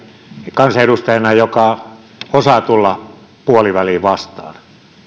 kansanedustajana joka osaa tulla puoliväliin vastaan